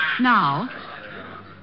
Now